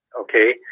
okay